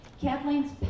Kathleen's